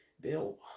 Bill